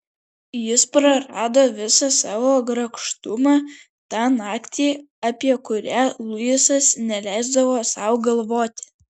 jis prarado visą savo grakštumą tą naktį apie kurią luisas neleisdavo sau galvoti